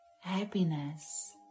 happiness